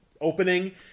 opening